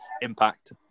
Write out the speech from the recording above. impact